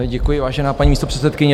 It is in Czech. Děkuji, vážená paní místopředsedkyně.